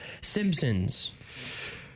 Simpsons